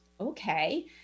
Okay